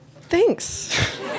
Thanks